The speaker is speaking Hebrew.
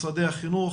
משרד החינוך,